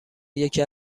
یکی